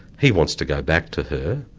he wants to go back to her,